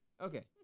Okay